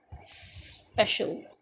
Special